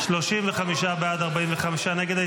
35 בעד, 45 נגד.